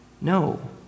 No